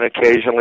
occasionally